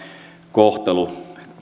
kohtelu